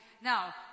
Now